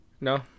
No